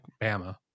Bama